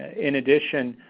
in addition,